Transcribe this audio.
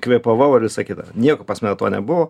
kvėpavau ar visa kita nieko pas mane to nebuvo